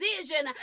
decision